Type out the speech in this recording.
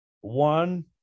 one